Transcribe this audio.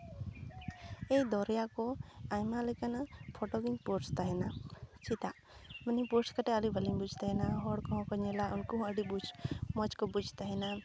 ᱫᱚᱨᱭᱟ ᱠᱚ ᱟᱭᱢᱟ ᱞᱮᱠᱟᱱᱟᱜ ᱯᱷᱚᱴᱳᱜᱤᱧ ᱯᱳᱥᱴ ᱛᱟᱦᱮᱱᱟ ᱪᱮᱫᱟᱜ ᱢᱟᱱᱮ ᱯᱳᱥᱴ ᱠᱟᱛᱮ ᱟᱹᱰᱤ ᱵᱷᱟᱹᱞᱤᱧ ᱵᱩᱡ ᱛᱟᱦᱮᱱᱟ ᱦᱚᱲ ᱠᱚᱦᱚᱸ ᱠᱚ ᱲᱮᱞᱟ ᱩᱱᱠᱩ ᱦᱚᱸ ᱟᱹᱰᱤ ᱵᱩᱡ ᱢᱚᱡᱽ ᱠᱚ ᱵᱩᱡ ᱛᱟᱦᱮᱱᱟ